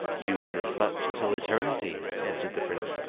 you would have slept till eternity answered the prince,